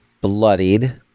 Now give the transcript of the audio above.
bloodied